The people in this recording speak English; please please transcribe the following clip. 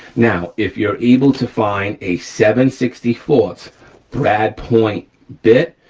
now if you're able to find a seven sixty four brad point bit,